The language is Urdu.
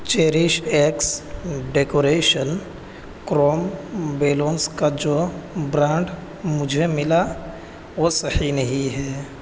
cherish X decoration chrome balloons کا جو برانڈ مجھے ملا وہ صحیح نہیں ہے